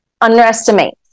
underestimate